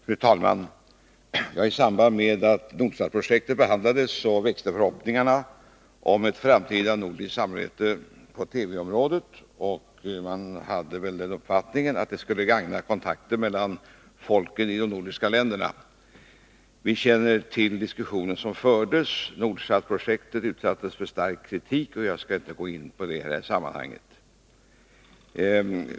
Fru talman! I samband med att Nordsatprojektet behandlades växte förhoppningarna om ett framtida nordiskt samarbete på TV-området, och man hade väl den uppfattningen att det skulle gagna kontakterna mellan folken i de nordiska länderna. Vi känner till den diskussion som fördes. Nordsatprojektet utsattes för stark kritik. Jag skallinte gå in på detta i det här sammanhanget.